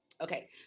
Okay